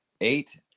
eight